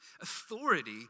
Authority